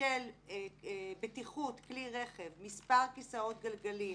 של בטיחות כלי רכב, מספר כסאות גלגלים,